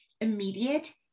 immediate